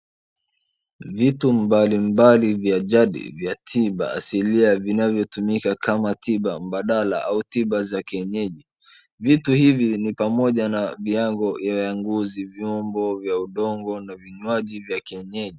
Vitu mbalimbali vya jadi vya tiba asilia vinavyotumika kama tiba mbadala au tiba za kienyeji. Vitu hivi ni pamoja na vyango vya ngozi, vyombo vya udongo na vinywaji vya kienyeji.